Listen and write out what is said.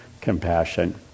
compassion